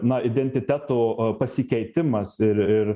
na identiteto pasikeitimas ir ir